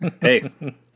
Hey